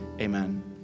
Amen